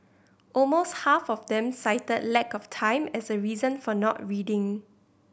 almost half of them cited lack of time as a reason for not reading